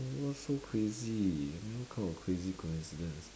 what's so crazy I mean what kind of crazy coincidence